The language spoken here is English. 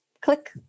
click